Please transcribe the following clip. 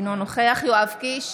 אינו נוכח יואב קיש,